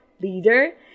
leader